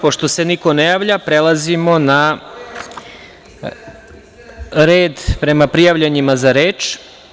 Pošto se niko ne javlja, prelazimo na red prema prijavljenima za reč.